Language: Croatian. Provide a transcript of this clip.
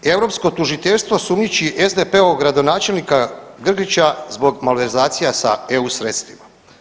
Europsko tužiteljstvo sumnjiči SDP-ovog gradonačelnika Grgića zbog malverzacija sa EU sredstvima.